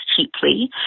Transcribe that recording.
cheaply